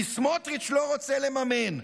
כי סמוטריץ' לא רוצה לממן,